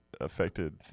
affected